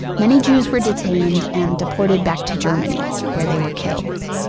many jews were detained and deported back to germany where they were killed.